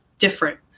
Different